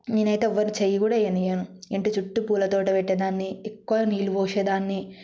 నేనైతే ఎవర్ని చెయ్యి కూడా వేయనీయను ఇంటి చుట్టూ పూల తోట పెట్టేదాన్ని ఎక్కువ నీళ్లు పోసే దాన్ని